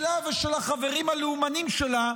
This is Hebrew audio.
שלה ושל החברים הלאומניים שלה,